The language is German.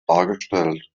dargestellt